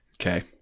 Okay